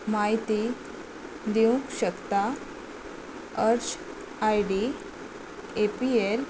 म्हायती दिवंक शकता अर्ज I D A P L